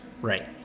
Right